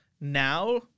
now